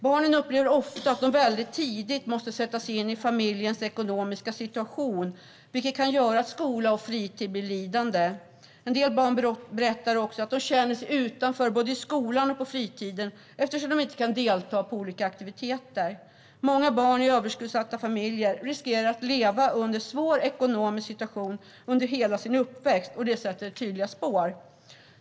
Barnen upplever ofta att de väldigt tidigt måste sätta sig in i familjens ekonomiska situation, vilket kan göra att skola och fritid blir lidande. En del barn berättar också att de känner sig utanför både i skolan och på fritiden eftersom de inte kan delta i olika aktiviteter. Många barn i överskuldsatta familjer riskerar att leva i en svår ekonomisk situation under hela sin uppväxt, och det sätter tydliga spår.